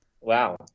Wow